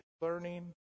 learning